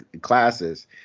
classes